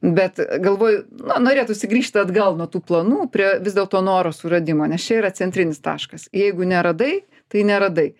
bet galvoju na norėtųsi grįžti atgal nuo tų planų prie vis dėlto noro suradimo nes čia yra centrinis taškas jeigu neradai tai neradai